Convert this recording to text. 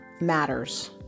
matters